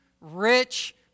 rich